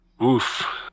Oof